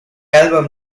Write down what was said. album